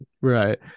Right